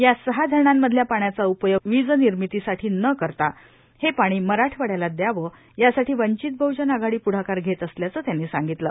या सहा धरणांमधल्या पाण्याचा उपयोग वीज विर्मितीसाठी न करता हे पाणी मराठ्वाझ्याला द्यावं यासाठी वंचित बहुजव आघाडी पुढबकार घेत असल्याचं त्यांनी सांगितलं